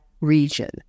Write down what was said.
region